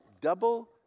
double